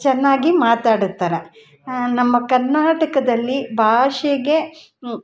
ಚೆನ್ನಾಗಿ ಮಾತಾಡುತ್ತಾರೆ ನಮ್ಮ ಕರ್ನಾಟಕದಲ್ಲಿ ಭಾಷೆಗೆ